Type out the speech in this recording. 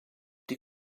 die